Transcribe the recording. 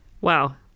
Wow